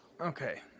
Okay